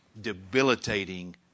debilitating